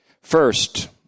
First